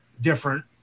different